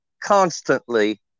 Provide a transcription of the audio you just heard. constantly